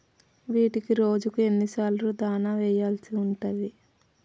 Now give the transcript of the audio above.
వీటికి రోజుకు ఎన్ని సార్లు దాణా వెయ్యాల్సి ఉంటది?